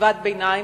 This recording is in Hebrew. בחטיבת ביניים.